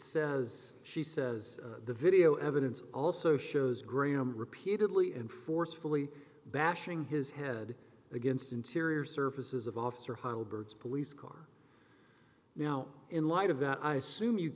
says she says the video evidence also shows graham repeatedly and forcefully bashing his head against interior surfaces of officer heidelberg police car now in light of that i assume you